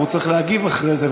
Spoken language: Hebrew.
והוא צריך להגיב אחרי זה,